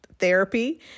therapy